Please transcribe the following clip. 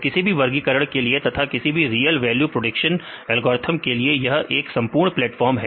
तो किसी भी वर्गीकरण के लिए तथा किसी भी रियल वैल्यू प्रेडिक्शन एल्गोरिथ्म के लिए यह एक संपूर्ण प्लेटफार्म है